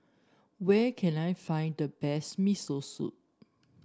where can I find the best Miso Soup